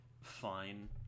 fine